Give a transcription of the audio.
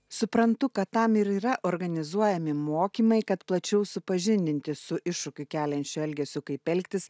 suprantu kad tam ir yra organizuojami mokymai kad plačiau supažindinti su iššūkį keliančiu elgesiu kaip elgtis